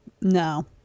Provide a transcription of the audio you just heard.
no